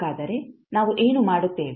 ಹಾಗಾದರೆ ನಾವು ಏನು ಮಾಡುತ್ತೇವೆ